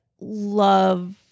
love